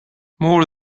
more